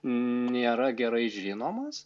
nėra gerai žinomas